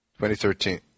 2013